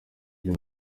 ibyo